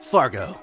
Fargo